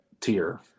tier